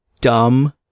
dumb